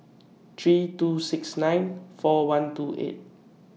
three two six nine four one two eight